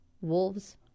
Wolves